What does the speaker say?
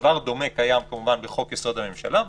דבר דומה קיים בחוק יסוד: הממשלה,